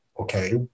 okay